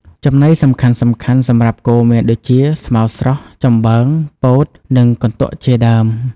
ចំណីសំខាន់ៗសម្រាប់គោមានដូចជា ស្មៅស្រស់ ចំបើង ពោត និងកន្ទក់ជាដើម។